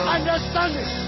Understanding